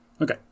okay